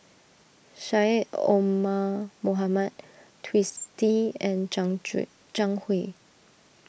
Syed Omar Mohamed Twisstii and Zhang Hui